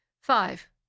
Five